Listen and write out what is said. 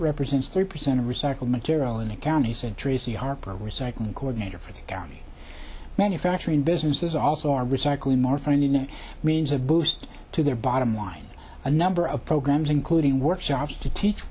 represents thirty percent of recycled material in the county said tracy harper a recycling coordinator for the county manufacturing businesses also are recycling more funding it means a boost to their bottom line a number of programs including workshops to teach